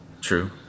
True